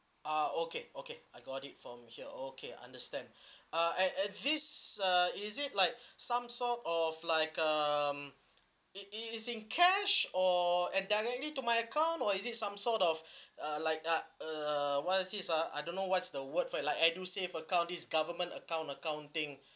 ah okay okay I got it from here okay understand uh uh uh this uh is it like some sort of like um it it is in cash or and directly to my account or is it some sort of uh like uh uh what is this ah I don't know what is the word for like edusave account this government account accounting